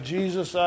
Jesus